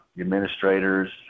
administrators